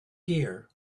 gear